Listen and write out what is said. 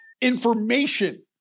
information